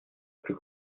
plus